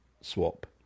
swap